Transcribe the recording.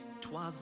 Twas